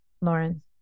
Lauren